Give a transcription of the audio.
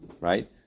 Right